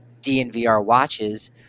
DNVRwatches